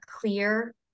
clear